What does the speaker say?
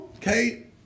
Kate